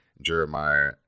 Jeremiah